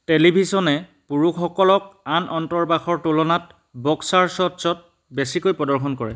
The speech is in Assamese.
টেলিভিছনে পুৰুষসকলক আন অন্তৰ্বাসৰ তুলনাত বক্সাৰ শ্বৰ্টছত বেছিকৈ প্ৰদৰ্শন কৰে